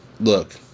look